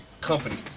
companies